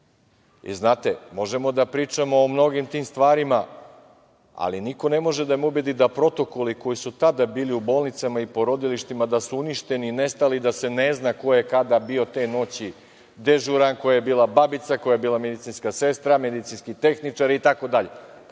možemo da pričamo o mnogim tim stvarima, ali niko ne može da me ubedi da protokoli koji su tada bili u bolnicama i porodilištima, da su uništeni, nestali, da se ne zna ko je kada bio te noći dežuran, koja je bila babica, koja je bila medicinska sestra, medicinski tehničar i tako dalje.